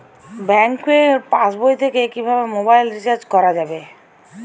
Bank পাশবই থেকে কিভাবে মোবাইল রিচার্জ করা যাবে?